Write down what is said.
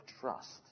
trust